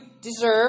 deserve